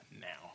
now